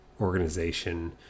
organization